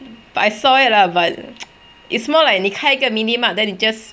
but I saw it lah but it's more like 你开一个 minimart then you just